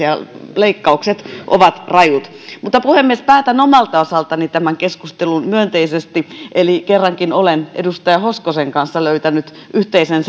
ja leikkaukset ovat rajut puhemies päätän omalta osaltani tämän keskustelun myönteisesti eli kerrankin olen edustaja hoskosen kanssa löytänyt yhteisen